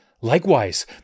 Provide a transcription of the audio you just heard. Likewise